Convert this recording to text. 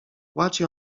płaci